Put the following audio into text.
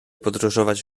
podróżować